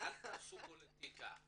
אל תעשו פוליטיקה.